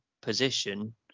position